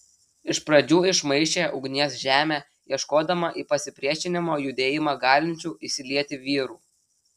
iš pradžių išmaišė ugnies žemę ieškodama į pasipriešinimo judėjimą galinčių įsilieti vyrų